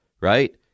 right